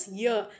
year